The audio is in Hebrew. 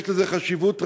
יש לזה חשיבות רבה,